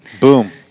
Boom